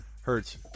Hurts